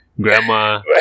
grandma